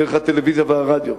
דרך הטלוויזיה והרדיו,